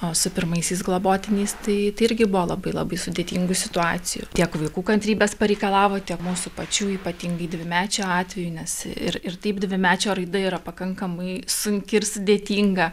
o su pirmaisiais globotiniais tai irgi buvo labai labai sudėtingų situacijų tiek vaikų kantrybės pareikalavo tiek mūsų pačių ypatingai dvimečio atveju nes ir ir taip dvimečio raida yra pakankamai sunki ir sudėtinga